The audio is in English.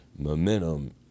momentum